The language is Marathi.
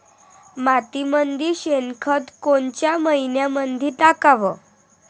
मातीमंदी शेणखत कोनच्या मइन्यामंधी टाकाव?